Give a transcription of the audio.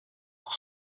pour